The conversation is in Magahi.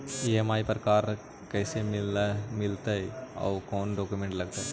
ई.एम.आई पर कार कैसे मिलतै औ कोन डाउकमेंट लगतै?